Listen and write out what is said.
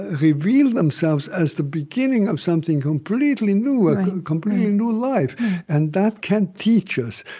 reveal themselves as the beginning of something completely new, a completely new life and that can teach us,